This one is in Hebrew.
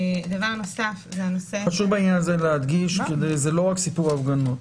זה לא רק סיפור ההפגנות.